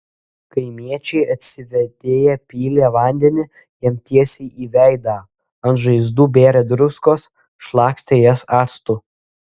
kaimiečiai atsivėdėję pylė vandenį jam tiesiai į veidą ant žaizdų bėrė druskos šlakstė jas actu